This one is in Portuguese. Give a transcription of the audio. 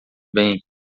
bem